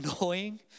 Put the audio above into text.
annoying